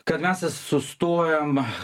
kad mes sustojom